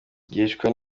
yicwa